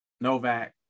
Novak